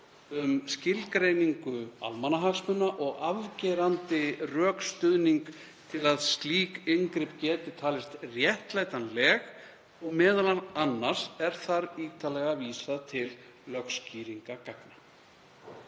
um skilgreiningu almannahagsmuna og afgerandi rökstuðning til að slík inngrip geti talist réttlætanleg, og er þar m.a. vísað ítarlega til lögskýringargagna.